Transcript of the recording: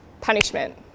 punishment